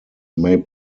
may